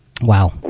wow